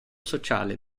sociale